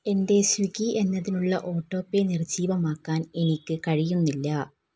എൻ്റെ സ്വിഗ്ഗി എന്നതിനുള്ള auto pay നിർജ്ജീവമാക്കാൻ എനിക്ക് കഴിയുന്നില്ല